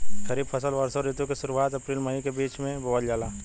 खरीफ फसल वषोॅ ऋतु के शुरुआत, अपृल मई के बीच में बोवल जाला